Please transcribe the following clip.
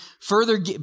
further